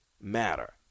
matter